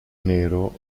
nero